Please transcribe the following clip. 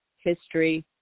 history